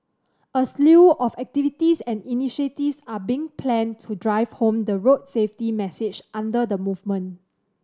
a slew of activities and initiatives are being planned to drive home the road safety message under the movement